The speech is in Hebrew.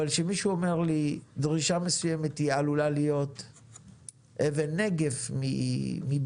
אבל כשמישהו אומר לי: דרישה מסוימת עלולה להיות אבן נגף לביצוע